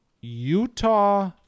Utah